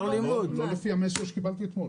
לא לפי המסר שקיבלתי אתמול.